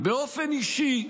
באופן אישי,